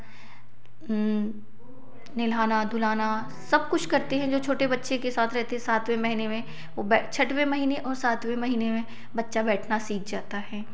नहलाना धुलाना सब कुछ करते हैं जो छोटे बच्चे के साथ रहते सातवें महीने में वह छठवें महीने और सातवें महीने में बच्चा बैठना सीख जाता है